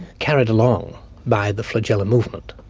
carried along by the flagella movement.